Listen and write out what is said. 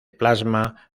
plasma